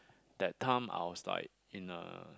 that time I was like in a